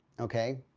okay?